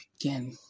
again